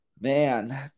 man